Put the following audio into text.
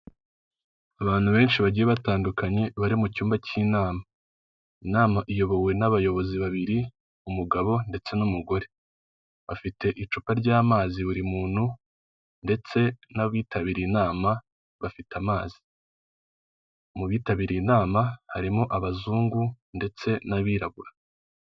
Abantu benshi bagiye batandukanye bari mu cyumba k'inama, inama iyobowe n'abayobozi babiri, umugabo ndetse n'umugore, bafite icupa ry'amazi buri muntu ndetse n'abitabiriye inama bafite amazi, mu bitabiriye inama harimo abazungu ndetse n'abirabura.